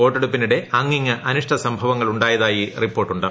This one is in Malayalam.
വോട്ടെടുപ്പിനിടെ അങ്ങിങ്ങ് അനിഷ്ട സംഭവങ്ങൾ ഉണ്ടായതായി റിപ്പോർട്ടുണ്ട്